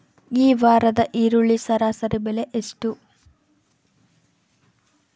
ಈ ವಾರದ ಈರುಳ್ಳಿ ಸರಾಸರಿ ಬೆಲೆ ಎಷ್ಟು?